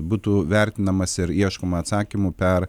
būtų vertinamas ir ieškoma atsakymų per